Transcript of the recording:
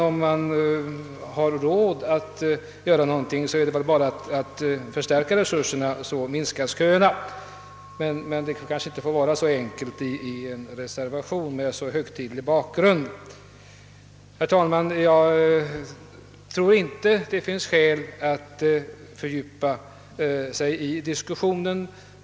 Om man har råd, är det bara att förstärka resurserna, så minskas köerna, men det hela får kanske inte vara så enkelt i en reservation med denna högtidliga bakgrund. Herr talman! Jag tror inte det finns skäl att här fördjupa sig i en diskussion.